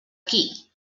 qui